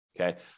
okay